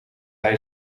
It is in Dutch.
hij